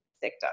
sector